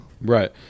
Right